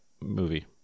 movie